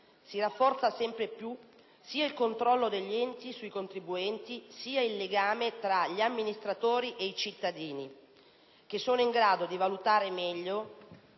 Si rafforza sempre più sia il controllo degli enti sui contribuenti, sia il legame tra gli amministratori e i cittadini, che sono in grado di valutare meglio